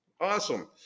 Awesome